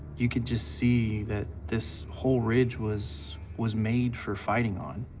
you could just see that this whole ridge was, was made for fighting on.